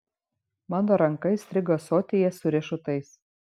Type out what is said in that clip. mano ranka įstrigo ąsotyje su riešutais